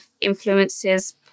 influences